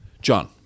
John